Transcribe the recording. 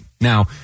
now